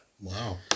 Wow